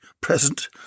present